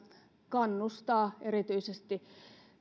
kannustaa erityisesti